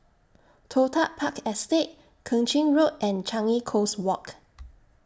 Toh Tuck Park Estate Keng Chin Road and Changi Coast Walk